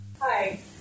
Hi